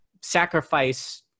sacrifice